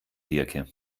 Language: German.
diercke